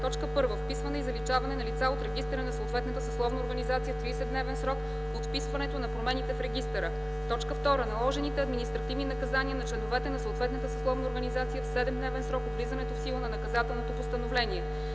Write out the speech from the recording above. за: 1. вписване и заличаване на лица от регистъра на съответната съсловна организация в 30-дневен срок от вписването на промените в регистъра; 2. наложените административни наказания на членове на съответната съсловна организация в 7-дневен срок от влизането в сила на наказателното постановление.”